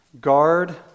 guard